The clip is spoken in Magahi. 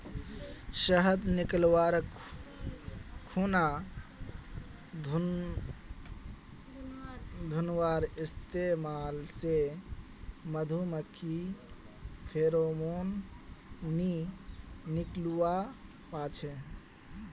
शहद निकाल्वार खुना धुंआर इस्तेमाल से मधुमाखी फेरोमोन नि निक्लुआ पाछे